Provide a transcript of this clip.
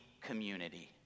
community